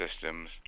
systems